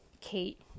Kate